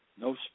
no